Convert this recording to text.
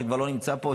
שכבר לא נמצא פה,